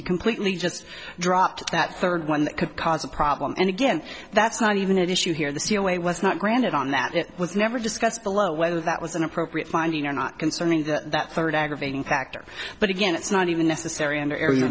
you completely just dropped that third one that could cause a problem and again that's not even at issue here the c l a was not granted on that it was never discussed below whether that was an appropriate finding or not concerning that third aggravating factor but again it's not even necessary and